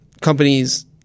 companies –